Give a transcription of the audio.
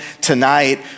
tonight